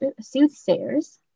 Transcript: soothsayers